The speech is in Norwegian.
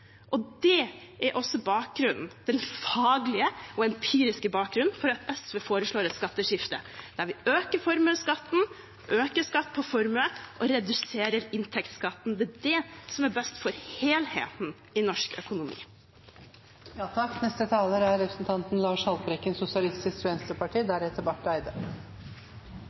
den faglige og empiriske bakgrunnen for at SV foreslår et skatteskifte der vi øker skatt på formue og reduserer inntektsskatten. Det er det som er best for helheten i norsk økonomi. Kutte, skape, fordele – det er